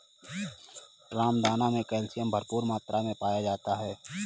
रामदाना मे कैल्शियम भरपूर मात्रा मे पाया जाता है